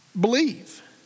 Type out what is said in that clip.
believe